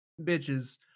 bitches